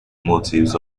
motives